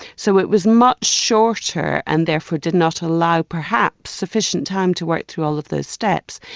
so it was much shorter, and therefore did not allow perhaps sufficient time to work through all of the steps.